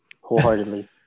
Wholeheartedly